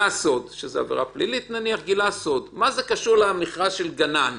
סוד, שזו עבירה פלילית, זה לא קשור למכרז של גנן,